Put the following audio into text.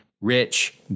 rich